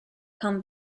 come